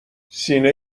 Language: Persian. سینه